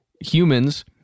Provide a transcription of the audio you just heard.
humans